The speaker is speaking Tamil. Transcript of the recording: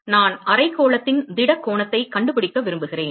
நான் அரைக்கோளத்தின் திட கோணத்தைக் கண்டுபிடிக்க விரும்புகிறேன்